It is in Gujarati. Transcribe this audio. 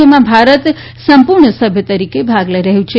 જેનાં ભારત સંપૂર્ણ સભ્ય તરીકે ભાગ લઈ રહ્યું છે